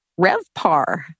RevPar